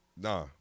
Nah